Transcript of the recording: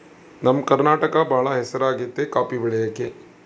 ನಮ್ಮ ಕರ್ನಾಟಕ ಬಾಳ ಹೆಸರಾಗೆತೆ ಕಾಪಿ ಬೆಳೆಕ